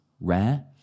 rare